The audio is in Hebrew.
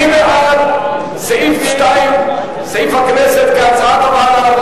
מי בעד סעיף 2, סעיף הכנסת, כהצעת הוועדה?